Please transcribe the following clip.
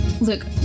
Look